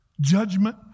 judgment